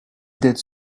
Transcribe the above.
dettes